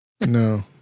No